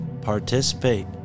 participate